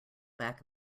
back